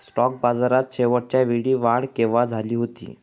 Stock बाजारात शेवटच्या वेळी वाढ केव्हा झाली होती?